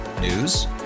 News